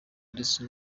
ndetse